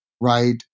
right